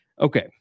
Okay